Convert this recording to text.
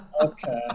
okay